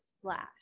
splash